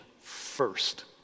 first